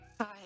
Hi